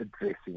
addressing